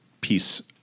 piece